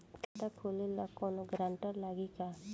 खाता खोले ला कौनो ग्रांटर लागी का?